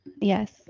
Yes